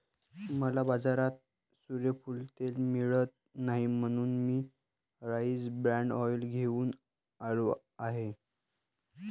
मला बाजारात सूर्यफूल तेल मिळत नाही म्हणून मी राईस ब्रॅन ऑइल घेऊन आलो आहे